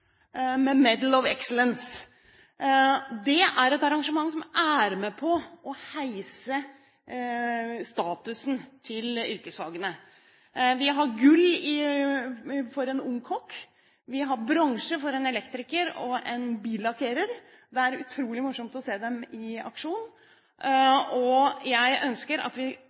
Det er et arrangement som er med på å heve statusen til yrkesfagene. Vi fikk gull til en ung kokk, og vi fikk bronse til en elektriker og en billakkerer. Det var utrolig morsomt å se dem i aksjon. Jeg ønsker at vi